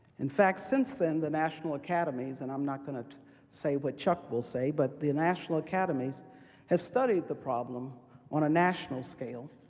in fact, since then, the national academies and i'm not going to say what chuck will say but the national academies have studied the problem on a national scale,